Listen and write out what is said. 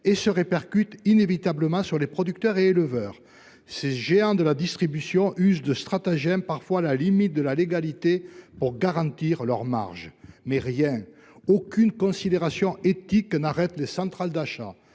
et se répercute inévitablement sur les producteurs et les éleveurs. Ces géants de la distribution usent de stratagèmes parfois à la limite de la légalité pour garantir leurs marges. Mais rien n’arrête les centrales d’achat